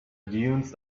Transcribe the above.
dunes